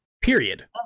Period